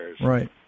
Right